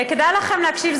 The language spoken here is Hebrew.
כדאי לכם להקשיב,